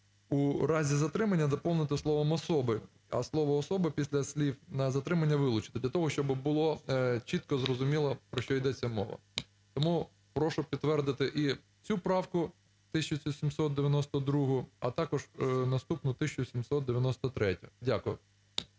"у разі затримання" доповнити словом "особи", а слово "особи" після слів "на затримання" вилучити, для того щоби було чітко зрозуміло, про що ідеться мова. Тому прошу підтвердити і цю правку, 1792, а також наступну - 1793. Дякую.